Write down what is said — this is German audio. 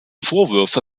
vorwürfe